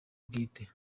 bwite